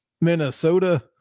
Minnesota